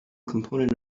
component